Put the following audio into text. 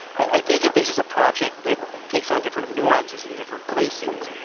i think that this is a project that takes on different nuances in different places,